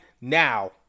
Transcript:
now